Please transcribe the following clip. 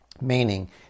meaning